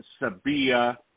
Sabia